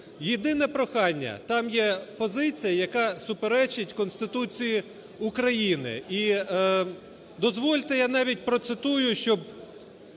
Єдине прохання. Там є позиція, яка суперечить Конституції України. І дозвольте, я навіть процитую, щоб